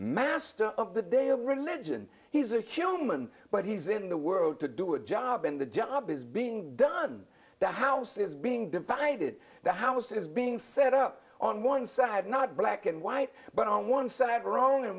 master of the day of religion he's a human but he's in the world to do a job and the job is being done the house is being divided the house is being set up on one side not black and white but on one side o